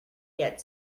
yet